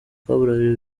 kabuhariwe